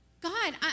God